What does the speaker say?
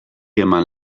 eman